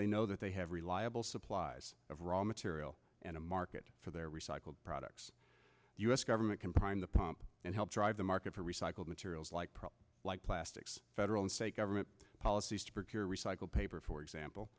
they know that they have reliable supplies of raw material and a market for their recycled products u s government can prime the pump and help drive the market for recycled materials like problems like plastics federal and state government policies to prepare recycled paper for example